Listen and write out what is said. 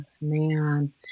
man